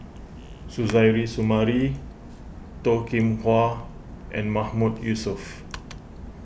Suzairhe Sumari Toh Kim Hwa and Mahmood Yusof